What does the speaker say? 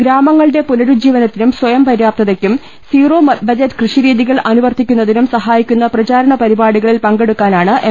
ഗ്രാമങ്ങളുടെ പുനരുജ്ജീവനത്തിനും സ്വയംപര്യാപ്ത തയ്ക്കും സിറോ ബജറ്റ് കൃഷി രീതികൾ അനുവർത്തിക്കുന്നതിനും സഹായിക്കുന്ന പ്രചാരണ പരിപാടികളിൽ പങ്കെടുക്കാനാണ് എം